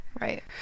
Right